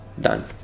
Done